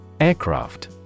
Aircraft